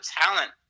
talent